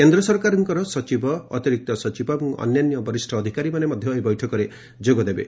କେନ୍ଦ୍ର ସରକାରଙ୍କ ସଚିବ ଅତିରିକ୍ତ ସଚିବ ଓ ଅନ୍ୟାନ୍ୟ ବରିଷ୍ଣ ଅଧିକାରୀମାନେ ମଧ୍ୟ ଏହି ବୈଠକରେ ଯୋଗଦେବେ